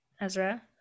Ezra